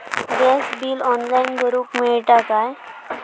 Gas bill online भरुक मिळता काय?